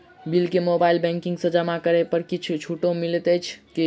Bill केँ mobile banking सँ जमा करै पर किछ छुटो मिलैत अछि की?